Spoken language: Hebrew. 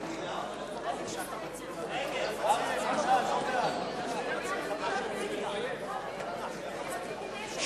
הצעת סיעת האיחוד הלאומי להביע אי-אמון בממשלה לא נתקבלה.